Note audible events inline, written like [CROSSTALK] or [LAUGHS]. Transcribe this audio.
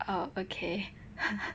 oh okay [LAUGHS]